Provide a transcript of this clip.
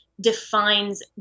defines